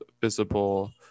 visible